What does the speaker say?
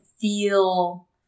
feel